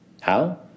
How